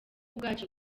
bwacyo